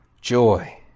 joy